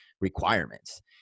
requirements